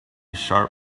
sharp